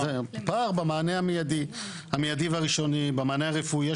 פער במענה המיידי והראשוני, במענה הרפואי.